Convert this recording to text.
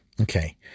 okay